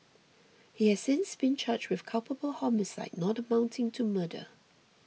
he has since been charged with culpable homicide not amounting to murder